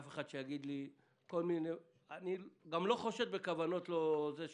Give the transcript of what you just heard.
אני גם לא חושד בכוונות לא טובות.